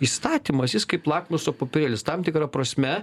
įstatymas jis kaip lakmuso popierėlis tam tikra prasme